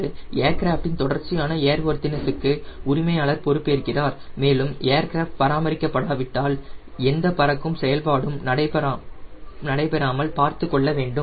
ஒரு ஏர்கிராஃப்ட்டின் தொடர்ச்சியான ஏர்வொர்த்தினஸ் க்கு உரிமையாளர் பொறுப்பேற்கிறார் மேலும் ஏர்கிராஃப்ட் பராமரிக்கப்படாவிட்டால் எந்த பறக்கும் செயல்பாடும் நடைபெறாமல் பார்த்துக் கொள்ள வேண்டும்